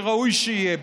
כפי שראוי שיהיה,